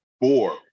four